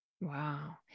Wow